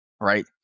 right